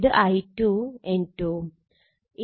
ഇത് I2 N2 വും